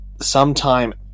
sometime